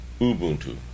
Ubuntu